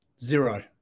Zero